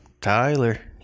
Tyler